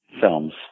films